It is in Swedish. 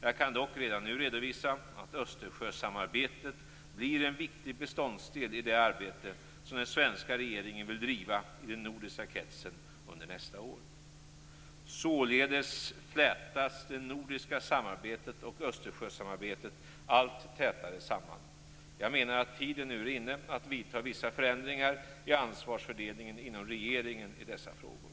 Jag kan dock redan nu redovisa att Östersjösamarbetet blir en viktig beståndsdel i det arbete som den svenska regeringen vill driva i den nordiska kretsen under nästa år. Således flätas det nordiska samarbetet och Östersjösamarbetet allt tätare samman. Jag menar att tiden nu är inne att vidta vissa förändringar i ansvarsfördelningen inom regeringen i dessa frågor.